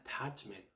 attachment